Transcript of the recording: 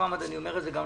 מוחמד חלאילה,